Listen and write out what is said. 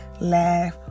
laugh